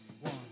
one